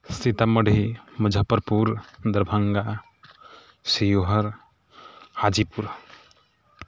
Sitamarhi Muzaffarpur Darbhanga Sheohar Hajipur